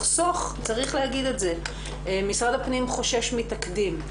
צריך להגיד את זה, משרד הפנים חושש מתקדים.